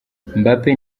mbappe